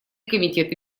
комитеты